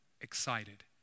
excited